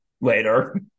later